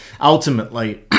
ultimately